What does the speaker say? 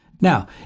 Now